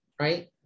right